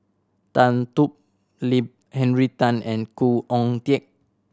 Tan Thoon Lip Henry Tan and Khoo Oon Teik